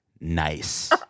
nice